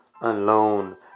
alone